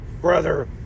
brother